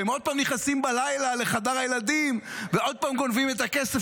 ועוד פעם הם נכנסים בלילה לחדר הילדים ועוד הפעם גונבים את הכסף